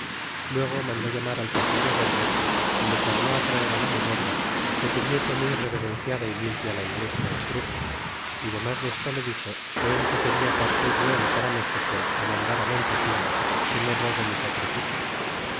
luego mandó llamar al cacique gordo y le tornó traer la memoria que tuviese muy reverenciada y limpia la iglesia y cruz é demas desto le dixo que él se quena partir luego para méxico mandar montezuma que no robe ni sacrifique